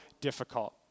difficult